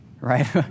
right